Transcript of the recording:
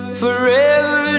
forever